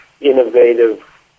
innovative